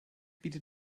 bietet